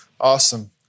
Awesome